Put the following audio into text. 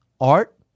Art